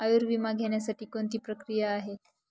आयुर्विमा घेण्यासाठी कोणती प्रक्रिया आहे?